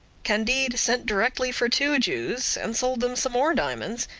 candide sent directly for two jews and sold them some more diamonds,